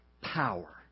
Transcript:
power